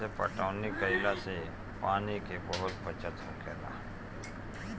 हत्था से पटौनी कईला से पानी के बहुत बचत होखेला